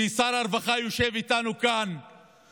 ושר הרווחה יושב איתנו כאן,